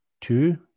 two